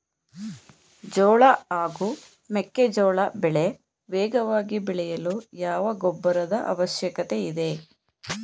ಜೋಳ ಹಾಗೂ ಮೆಕ್ಕೆಜೋಳ ಬೆಳೆ ವೇಗವಾಗಿ ಬೆಳೆಯಲು ಯಾವ ಗೊಬ್ಬರದ ಅವಶ್ಯಕತೆ ಇದೆ?